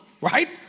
right